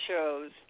shows